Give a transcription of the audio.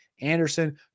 Anderson